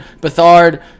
Bethard